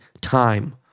time